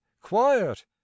quiet